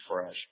fresh